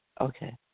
Okay